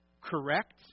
correct